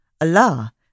Allah